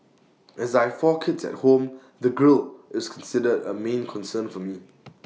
as I four kids at home the grille is considered A main concern for me